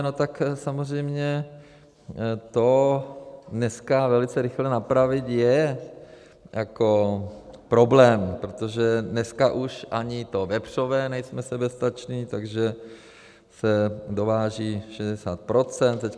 No tak samozřejmě to dneska velice rychle napravit je jako problém, protože dneska už ani v tom vepřovém nejsme soběstační, takže se dováží 60 %.